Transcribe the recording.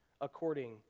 according